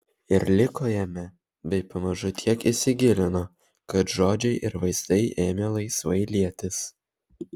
ir liko jame bei pamažu tiek įsigilino kad žodžiai ir vaizdai ėmė laisvai lietis